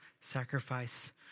sacrifice